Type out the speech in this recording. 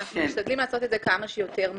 אנחנו משתדלים לעשות את זה כמה שיותר מהר,